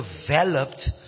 developed